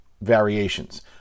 variations